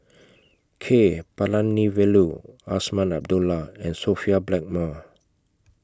K Palanivelu Azman Abdullah and Sophia Blackmore